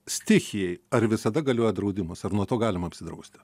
stichijai ar visada galioja draudimas ar nuo to galima apsidrausti